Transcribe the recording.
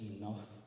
enough